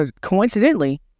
coincidentally